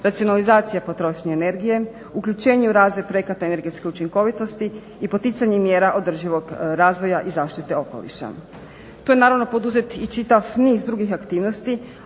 racionalizacija potrošnje energije, uključenje u razvoj projekata energetske učinkovitosti i poticanje mjera održivog razvoja i zaštite okoliša. Tu je naravno i poduzet i čitav niz drugih aktivnosti,